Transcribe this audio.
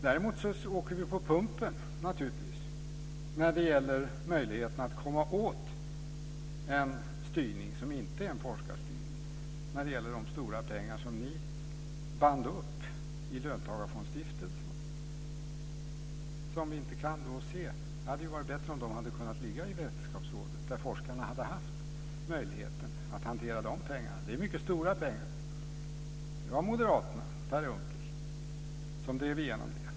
Däremot åker vi naturligtvis på pumpen när det gäller möjligheten att komma åt en styrning som inte är en forskarstyrning när det gäller de stora pengar som ni band upp i löntagarfondsstiftelsen, som vi då inte kan se. Det hade ju varit bättre om de hade kunnat ligga i Vetenskapsrådet, där forskarna hade haft möjligheten att hantera de pengarna. Det är mycket stora pengar. Det var moderaterna, Per Unckel, som drev igenom det.